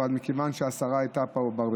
אבל מכיוון שהשרה ברביבאי הייתה פה,